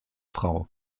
frau